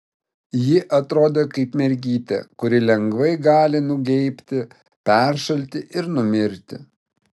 ji atrodė kaip mergytė kuri lengvai gali nugeibti peršalti ir numirti